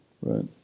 Right